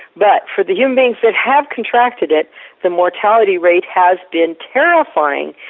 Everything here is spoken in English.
but for the human beings that have contracted it the mortality rate has been terrifying.